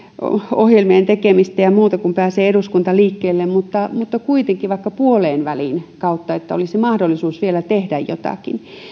ohjelmien tekemistä ja muuta kun pääsee eduskunta liikkeelle mutta mutta kuitenkin vaikka puoleenväliin kautta että olisi mahdollisuus vielä tehdä jotakin